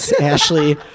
Ashley